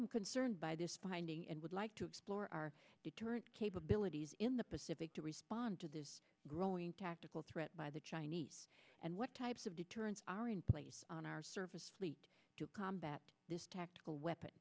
i'm concerned by this pointing and would like to explore our deterrent capabilities in the pacific to respond to this growing tactical threat by the chinese and what types of deterrents are in place on our service fleet to combat this tactical weapon